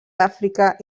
àfrica